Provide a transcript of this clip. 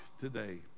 today